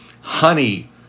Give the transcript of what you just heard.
honey